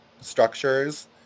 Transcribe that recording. structures